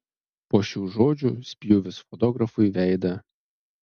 po šių žodžių spjūvis fotografui veidą